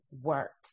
works